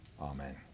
amen